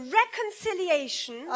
reconciliation